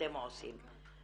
אתם עושים.